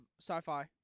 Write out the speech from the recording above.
sci-fi